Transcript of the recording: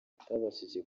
atabashije